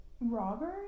Robert